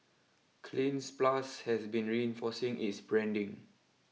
Cleanz Plus has been reinforcing its branding